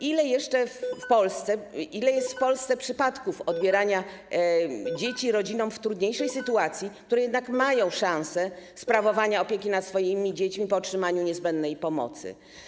Ile jest w Polsce przypadków odbierania dzieci rodzinom w trudniejszej sytuacji, które jednak mają szansę na sprawowanie opieki nad swoimi dziećmi po otrzymaniu niezbędnej pomocy?